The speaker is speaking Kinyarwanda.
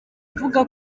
avuga